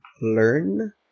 learn